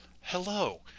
hello